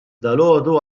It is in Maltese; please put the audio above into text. dalgħodu